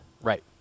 Right